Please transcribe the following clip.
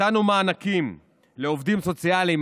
נתנו מענקים לעובדים סוציאליים,